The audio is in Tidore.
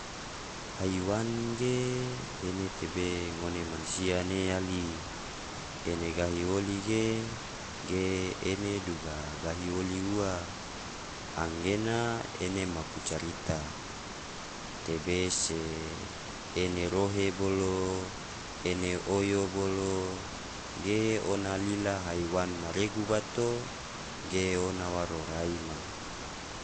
haiwan ge ene tebe ngone mansia ne yali. Ene gahi oli ge, ge ene duga gahi oli ua, anggena ene maku carita tebe se ene rohe bolo, ene oyo bolo, ge ona lila haiwan ma regu bato ge ona waro rai ma.